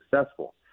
successful